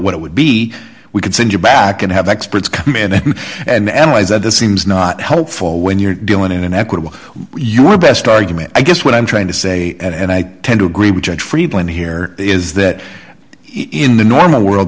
what it would be we could send you back and have experts come in and ways that this seems not helpful when you're dealing in an equitable your best argument i guess what i'm trying to say and i tend to agree with the point here is that in the normal world